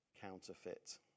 counterfeit